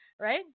right